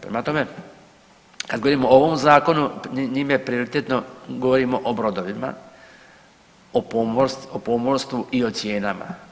Prema tome, kad govorimo o ovom zakonu njime prioritetno govorimo o brodovima, o pomorstvu i o cijenama.